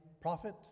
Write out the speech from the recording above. prophet